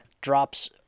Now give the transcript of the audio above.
drops